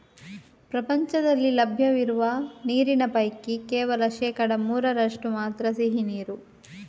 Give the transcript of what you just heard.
ಪ್ರಪಂಚದಲ್ಲಿ ಲಭ್ಯ ಇರುವ ನೀರಿನ ಪೈಕಿ ಕೇವಲ ಶೇಕಡಾ ಮೂರರಷ್ಟು ಮಾತ್ರ ಸಿಹಿ ನೀರು